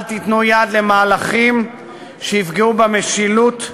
אל תיתנו יד למהלכים שיפגעו במשילות,